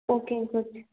ஓகேங்க கோச்